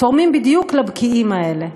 תורמים בדיוק לבקיעים האלה,